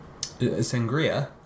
sangria